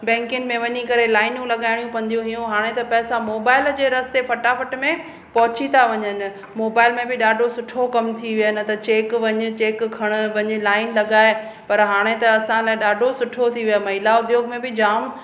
बैंकियुनि में वञी करे लाइनूं लॻाइणियूं पवंदियूं हुयूं हाणे त पैसा मोबाइल जे रस्ते फटाफट में पहुंची था वञनि मोबाइल में बि ॾाढो सुठो कमु थी वियो आहे न त चैक वञे चेक खणणु वञ लाइन लॻाए पर हाणे त असां लाइ ॾाढो सुठो थी वियो महिला उद्योग में बि जाम